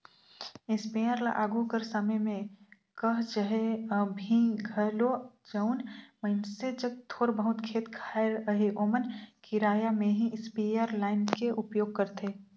sprayer ल आघु कर समे में कह चहे अभीं घलो जउन मइनसे जग थोर बहुत खेत खाएर अहे ओमन किराया में ही इस्परे लाएन के उपयोग करथे